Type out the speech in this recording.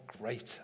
greater